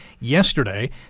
yesterday